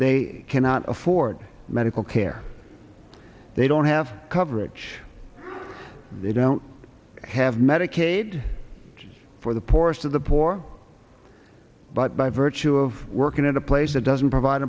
they cannot afford medical care they don't have coverage they don't have medicaid for the poorest of the poor but by virtue of working in a place that doesn't provide